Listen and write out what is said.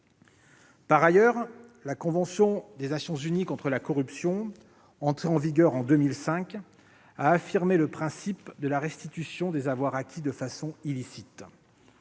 Par ailleurs, la convention des Nations unies contre la corruption, entrée en vigueur en 2005, a affirmé le principe de la restitution des avoirs acquis de façon illicite.